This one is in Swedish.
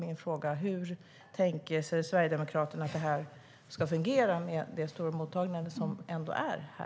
Min fråga är: Hur tänker sig Sverigedemokraterna att det här ska fungera med det stora mottagandet här och nu?